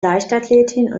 leichtathletin